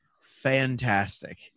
fantastic